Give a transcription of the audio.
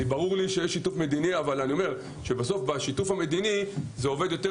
ברור לי שיש שיתוף מדיני אבל בסוף זה עובד יותר